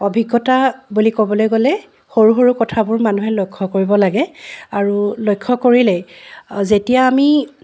অভিজ্ঞতা বুলি ক'বলৈ গ'লে সৰু সৰু কথাবোৰ মানুহে লক্ষ্য কৰিব লাগে আৰু লক্ষ্য কৰিলেই যেতিয়া আমি